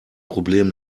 problem